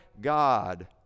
God